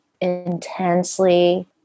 intensely